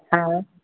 हा